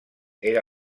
era